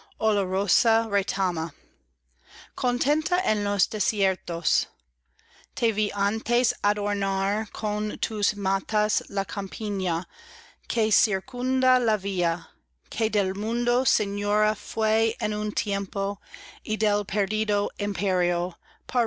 contenta en los desiertos te vi antes adornar con tus matas la campiña que circunda la villa que del mundo señora fué en un tiempo y